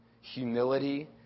Humility